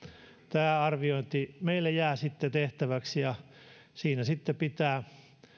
tämä arviointi meille jää tehtäväksi ja siinä sitten pitää